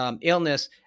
illness